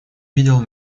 видел